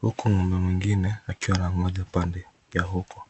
huku ng'ombe mwingine akiwa anangoja pande ya huko.